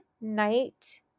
night